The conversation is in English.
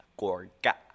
Gorga